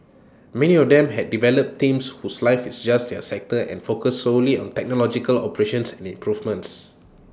many of them have developed teams whose life is just their sector and focus solely on technological operations and improvements